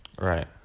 Right